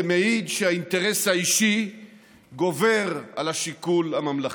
זה מעיד שהאינטרס האישי גובר על השיקול הממלכתי.